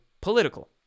political